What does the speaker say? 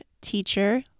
teacher